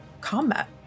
combat